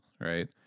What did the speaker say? right